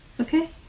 Okay